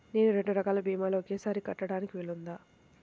నేను రెండు రకాల భీమాలు ఒకేసారి కట్టడానికి వీలుందా?